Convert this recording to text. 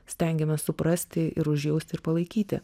stengiamės suprasti ir užjausti ir palaikyti